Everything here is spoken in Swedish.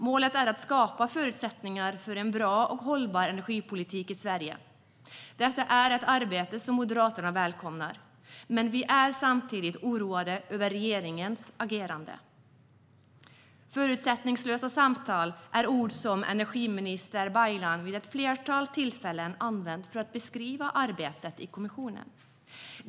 Målet är att skapa förutsättningar för en bra och hållbar energipolitik i Sverige. Detta är ett arbete som Moderaterna välkomnar, men vi är samtidigt oroade över regeringens agerande. Förutsättningslösa samtal är ord som energiminister Baylan vid ett flertal tillfällen använt för att beskriva arbetet i kommissionen.